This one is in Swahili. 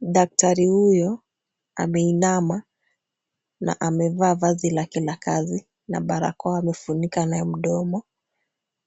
Daktari huyo ameinama na amevaa vazi lake la kazi na barakoa amefunika nayo mdomo